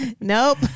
Nope